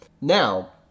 Now